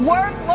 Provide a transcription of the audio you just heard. Work